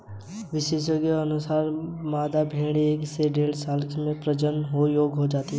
विशेषज्ञों के अनुसार, मादा भेंड़ एक से डेढ़ साल में प्रजनन के योग्य हो जाती है